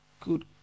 Good